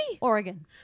Oregon